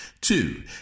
two